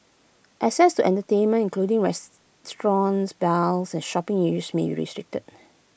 access to entertainment including restaurants bars and shopping areas may be restricted